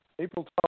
April